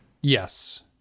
Yes